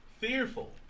Fearful